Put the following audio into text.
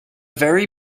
very